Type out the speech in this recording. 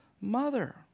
mother